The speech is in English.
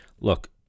Look